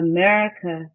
America